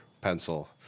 pencil